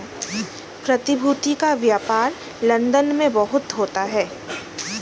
प्रतिभूति का व्यापार लन्दन में बहुत होता है